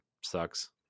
sucks